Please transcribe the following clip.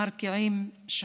מרקיעים שחקים.